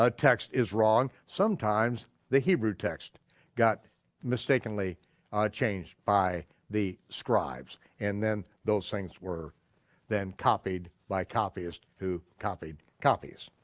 ah text is wrong, sometimes the hebrew text got mistakenly changed by the scribes, and then those things were then copied by copyists who copied copies.